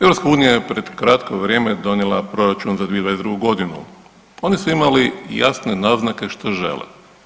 EU je pred kratko vrijeme donijela proračun za 2022.g., oni su imali jasne naznake što žele.